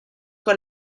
con